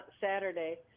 Saturday